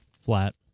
flat